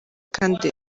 kandi